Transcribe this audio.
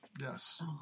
Yes